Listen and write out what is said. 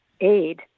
aid